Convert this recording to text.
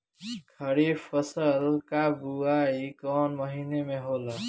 खरीफ फसल क बुवाई कौन महीना में होला?